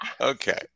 Okay